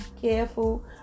careful